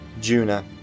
Juna